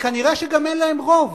וכנראה גם אין להן רוב